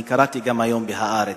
גם אני קראתי אותו היום ב"הארץ".